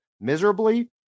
miserably